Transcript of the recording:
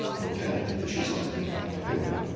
or alternatively she's on the combined pill,